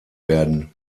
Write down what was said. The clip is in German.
werden